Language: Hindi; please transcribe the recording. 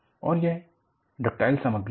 और यह डक्टाइल सामग्री है